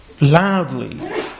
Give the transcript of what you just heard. loudly